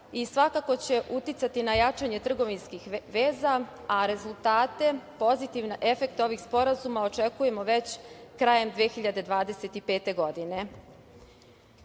i svako će uticati na jačanje trgovinskih veza, a rezultate pozitivne na efekte ovih sporazuma očekujemo već krajem 2025. godine.U